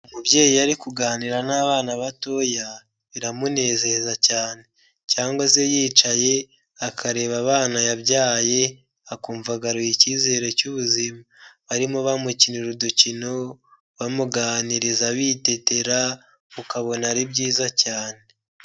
Umubyeyi iyo ari kuganira n'abana batoya biramunezeza cyane cyangwa se yicaye akareba abana yabyaye akumva agaruye icyizere cy'ubuzima, barimo bamukinira udukino, bamuganiriza bitetera ukabona ari byiza cyane.